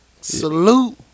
Salute